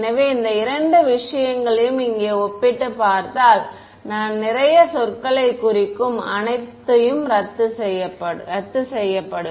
எனவே இந்த இரண்டு விஷயங்களையும் இங்கே ஒப்பிட்டுப் பார்த்தால் நான் நிறைய சொற்களைக் குறிக்கும் அனைத்தும் ரத்துசெய்யப்படும்